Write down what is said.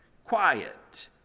Quiet